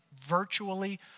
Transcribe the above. virtually